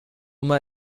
immer